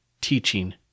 teaching